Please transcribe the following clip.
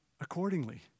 accordingly